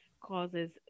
Causes